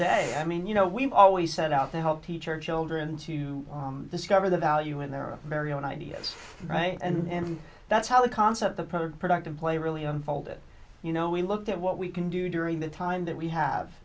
day i mean you know we've always set out to help teach our children to discover the value in their own very own ideas right and that's how the concept of product productive play really unfolded you know we looked at what we can do during the time that we have